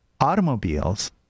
automobiles